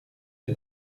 des